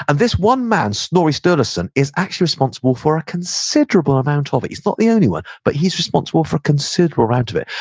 and this one man, snorri sturluson, is actually responsible for a considerable amount ah of it. he's not the only one, but he's responsible for a considerable amount of it.